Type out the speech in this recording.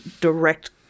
direct